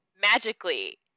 magically